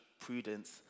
prudence